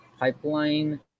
pipeline